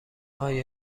آیا